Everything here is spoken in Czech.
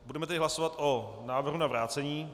Budeme tedy hlasovat o návrhu na vrácení.